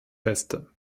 beste